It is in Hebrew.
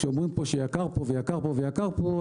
כשאומרים שיקר פה ויקר פה ויקר פה,